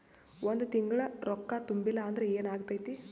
ಒಂದ ತಿಂಗಳ ರೊಕ್ಕ ತುಂಬಿಲ್ಲ ಅಂದ್ರ ಎನಾಗತೈತ್ರಿ?